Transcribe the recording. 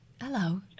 Hello